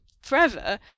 forever